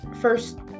first